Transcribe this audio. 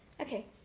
Okay